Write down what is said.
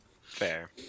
Fair